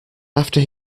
after